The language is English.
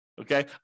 okay